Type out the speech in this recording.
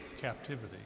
captivity